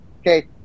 Okay